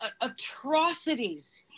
atrocities